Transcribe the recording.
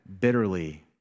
bitterly